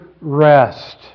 rest